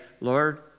Lord